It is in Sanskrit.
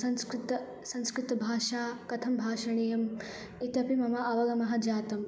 संस्कृतं संस्कृतभाषा कथं भाषणीया इत्यपि मम अवगमः जातम्